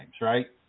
right